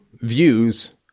views